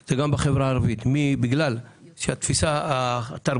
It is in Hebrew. זה גם בחברה הערבית בגלל שהתפיסה התרבותית,